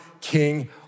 king